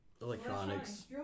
Electronics